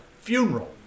funeral